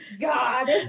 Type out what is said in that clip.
God